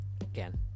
again